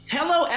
Hello